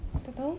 tak [tau]